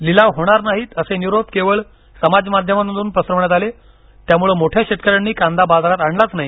लिलाव होणार नाहीत असे निरोप केवळ समाजमाध्यमांवरून पसरवण्यात आले त्यामुळे मोठ्या शेतकऱ्यांनी कांदा बाजारात आणलाच नाही